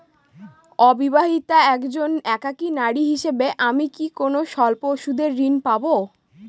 অবিবাহিতা একজন একাকী নারী হিসেবে আমি কি কোনো স্বল্প সুদের ঋণ পাব?